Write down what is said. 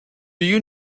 you